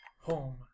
Home